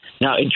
Now